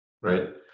right